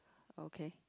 okay